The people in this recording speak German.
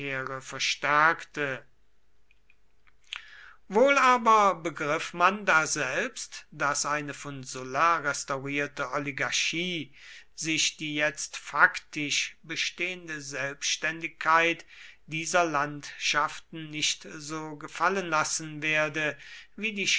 verstärkte wohl aber begriff man daselbst daß eine von sulla restaurierte oligarchie sich die jetzt faktisch bestehende selbständigkeit dieser landschaften nicht so gefallen lassen werde wie die